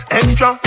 extra